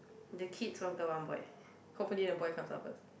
the kids one girl one boy hopefully the boy comes out first